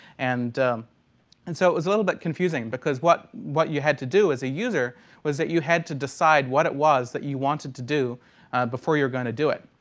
and and so it was a little bit confusing because what what you had to do as a user was that you had to decide what it was that you wanted to do before you're going to do it.